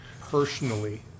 personally